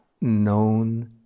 known